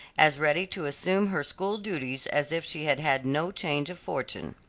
as ready to assume her school duties as if she had had no change of fortune.